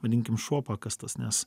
vadinkim šuo pakastas nes